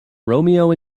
romeo